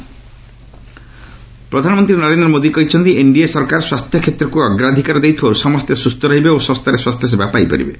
PM project ପ୍ରଧାନମନ୍ତ୍ରୀ ନରେନ୍ଦ୍ର ମୋଦି କହିଛନ୍ତି NDA ସରକାର ସ୍ୱସ୍ଥ୍ୟକ୍ଷେତ୍ରକୁ ଅଗ୍ରାଧିକାର ଦେଉଥିବାରୁ ସମସ୍ତେ ସୁସ୍ଥ ରହିବେ ଓ ଶସ୍ତାରେ ସ୍ୱାସ୍ଥ୍ୟସେବା ପାଇପାରିବେ